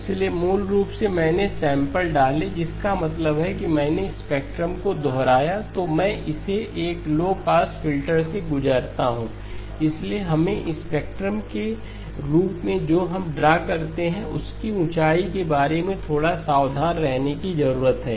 इसलिए मूल रूप से मैंने सैंपल डाले जिसका मतलब है कि मैंने स्पेक्ट्रम को दोहराया तो मैं इसे एक लो पासफिल्टर से गुजरता हूं इसलिए हमें स्पेक्ट्रम के रूप में जो हम ड्रा करते हैं उसकी ऊंचाई के बारे में थोड़ा सावधान रहने की जरूरत है